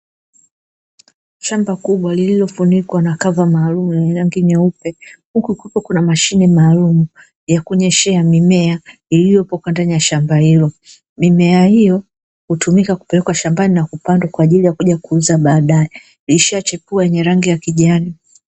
Shamba kubwa lililofunikwa na kava maalumu lenye rangi nyeupe, huku kukiwa na mashine maalumu, ya kunyeshea mimea iliyopo upande wa shamba hilo, mimea hiyo kutumika kupelekwa shambani na kupandwa kwa ajili ya kuja kuuzwa baadae, ikishachepua yenye rangi ya kijani.